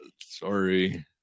sorry